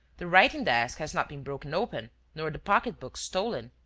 the writing-desk has not been broken open nor the pocketbook stolen.